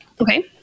Okay